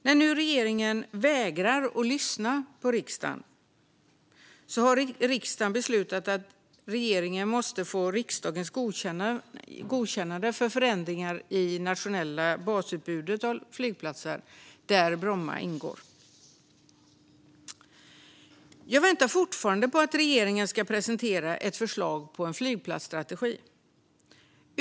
När nu regeringen vägrar lyssna på riksdagen har riksdagen beslutat att regeringen måste få riksdagens godkännande för förändringar i det nationella basutbudet av flygplatser, där Bromma ingår. Jag väntar fortfarande på att regeringen ska presentera ett förslag till en flygplatsstrategi.